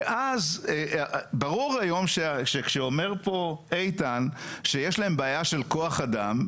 ואז ברור היום שכשאומר פה איתן שיש להם בעיה של כוח אדם,